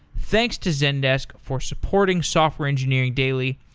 thanks to zendesk for supporting software engineering daily,